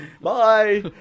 Bye